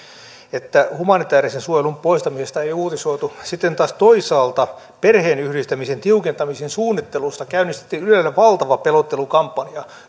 että humanitäärisen suojelun poistamisesta ei uutisoitu sitten taas toisaalta perheenyhdistämisen tiukentamisen suunnittelusta käynnistettiin ylellä valtava pelottelukampanja